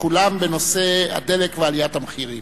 כולן בנושא הדלק ועליית המחירים.